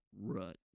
rut